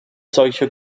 solche